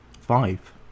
Five